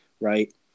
right